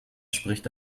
spricht